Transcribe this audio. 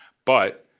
but,